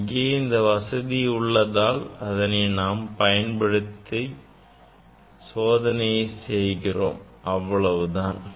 இங்கே இந்த வசதி உள்ளதால் அவற்றை பயன்படுத்தி சோதனையை செய்துள்ளோம் அவ்வளவுதான்